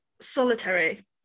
solitary